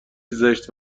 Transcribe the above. زشت